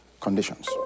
conditions